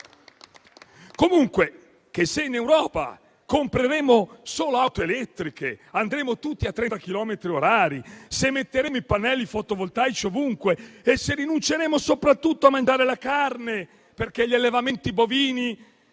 credere che se in Europa compreremo solo auto elettriche, se andremo tutti a 30 chilometri orari, se metteremo i pannelli fotovoltaici ovunque e se rinunceremo soprattutto a mangiare la carne, perché gli allevamenti bovini